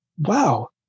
wow